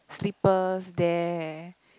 slippers there